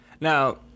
Now